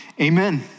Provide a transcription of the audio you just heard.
amen